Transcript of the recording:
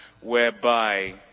whereby